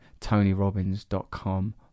TonyRobbins.com